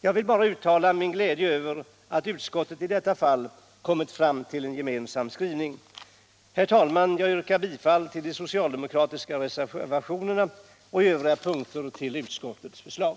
Jag vill bara uttala min glädje över att utskottet i detta fall kommit fram till en gemensam skrivning. Herr talman! Jag yrkar bifall till de socialdemokratiska reservationerna. I övrigt yrkar jag bifall till utskottets förslag.